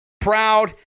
proud